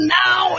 now